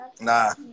Nah